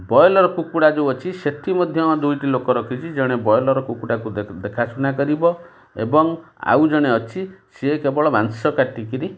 broiler କୁକୁଡ଼ା ଯେଉଁ ଅଛି ସେଠି ମଧ୍ୟ ଦୁଇଟି ଲୋକ ରଖିଛି ଜଣେ ବ୍ରଏଲର୍ କୁକୁଡ଼ାକୁ ଦେଖାଶୁଣା କରିବ ଏବଂ ଆଉ ଜଣେ ଅଛି ସିଏ କେବଳ ମାଂସ କାଟିକରି